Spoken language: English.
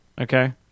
Okay